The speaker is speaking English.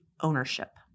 ownership